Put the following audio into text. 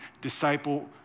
disciple